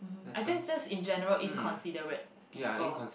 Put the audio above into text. I think just in general inconsiderate people